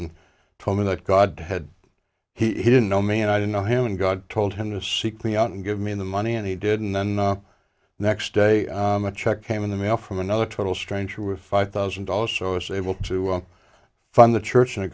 and told me that god had he didn't know me and i didn't know him and god told him to seek me out and give me the money and he did and then the next day the check came in the mail from another total stranger with five thousand dollars so it's able to fund the church and it